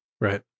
right